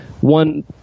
one